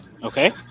Okay